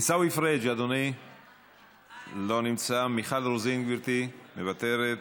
עיסאווי פריג' לא נמצא, מיכל רוזין, מוותרת,